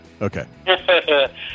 Okay